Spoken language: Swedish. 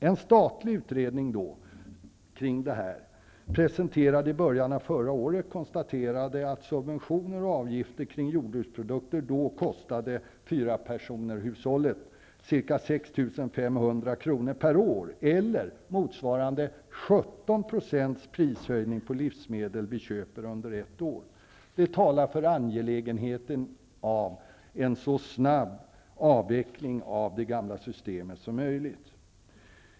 En statlig utredning kring det här, presenterad i början av förra året, konstaterade att subventioner och avgifter kring jordbruksprodukter då kostade ett fyrapersonershushåll ca 6 500 kr. per år, vilket motsvarar 17 % prishöjning på de livsmedel som vi köper under ett år. Det talar för att det är angeläget med en så snabb avveckling av det gamla systemet som möjligt.